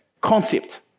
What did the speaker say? concept